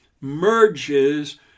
merges